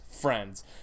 friends